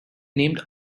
named